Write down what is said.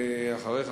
אחריך,